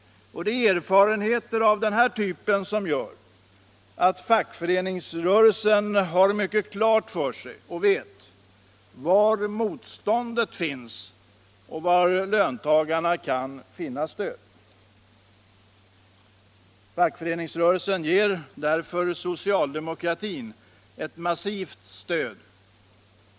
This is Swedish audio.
Och det är erfarenheter av den här typen som gör att fackföreningsrörelsen har mycket klart för sig var motståndet finns och var löntagarna kan finna stöd. Fackföreningsrörelsen ger därför socialdemokratin ett massivt stöd.